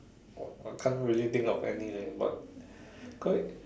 I can't really think of any leh but quite